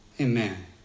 Amen